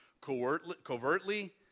covertly